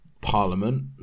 Parliament